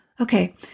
Okay